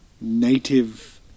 native